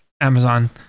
amazon